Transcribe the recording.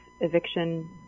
eviction